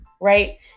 Right